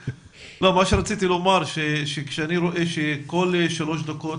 רציתי לומר שכשאני רואה שכל שלוש דקות